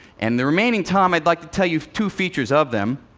and the remaining time, i'd like to tell you two features of them.